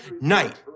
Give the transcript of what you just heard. night